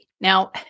Now